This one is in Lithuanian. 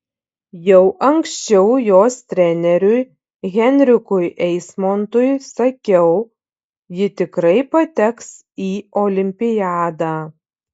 jau anksčiau jos treneriui henrikui eismontui sakiau ji tikrai pateks į olimpiadą